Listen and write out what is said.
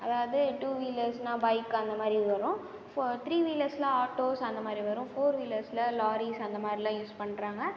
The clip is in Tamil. அதாவது டூ வீலர்ஸ்ன்னா பைக் அந்தமாதிரி இது வரும் த்ரீ வீலர்ஸில் ஆட்டோஸ் அந்தமாதிரி வரும் ஃபோர் வீலர்ஸில் லாரிஸ் அந்தமாதிரிலாம் யூஸ் பண்ணுறாங்க